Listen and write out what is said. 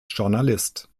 journalist